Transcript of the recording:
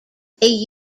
they